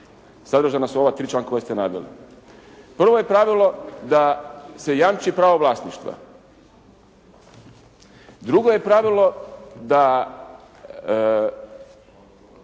Sadržana su ova tri članka koja ste naveli. Prvo je pravilo da se jamči pravo vlasništva. Drugo je pravilo da